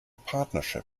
partnership